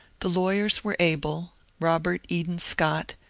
the lawyers were able robert eden scott,